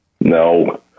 No